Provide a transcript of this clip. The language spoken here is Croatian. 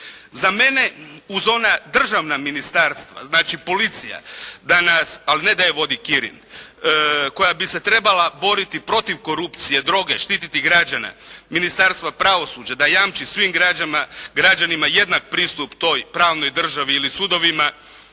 Za mene uz ona državna ministarstva, znači policija da nas, ali ne da je vodi Kirin, koja bi se trebala boriti protiv korupcije, droge, štititi građane, Ministarstvo pravosuđa da jamči svim građanima jednak pristup toj pravnoj državi ili sudovima,